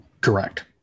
Correct